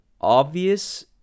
obvious